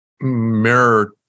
mirror